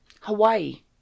Hawaii